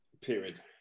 period